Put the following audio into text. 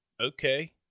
Okay